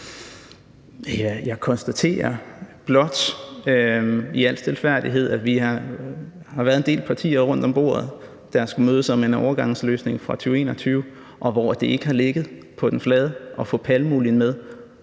Jeg konstaterer blot i al stilfærdighed, at vi har været en del partier rundt om bordet, der skulle mødes om en overgangsløsning fra 2021, og hvor det ikke har ligget på den flade at få palmeolien med.